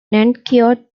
nuncio